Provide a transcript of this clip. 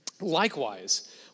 ...likewise